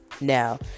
Now